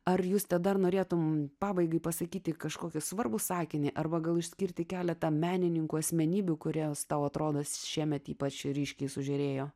ar jūs dar norėtum pabaigai pasakyti kažkokį svarbų sakinį arba gal išskirti keletą menininkų asmenybių kurios tau atrodo šiemet ypač ryškiai sužėrėjo